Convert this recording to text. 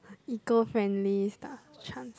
eco-friendly stuff chance